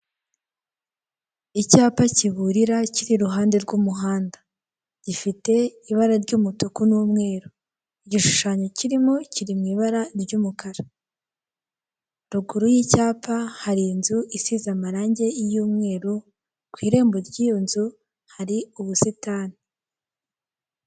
Muri gare haparikwa ibinyabiziga, bisi zizana abantu zikanabatwara haparitsemo imodoka ifite amabara y'umweru n'ubururu ikaba ari imodoka nini igendamo n'abantu benshi cyane.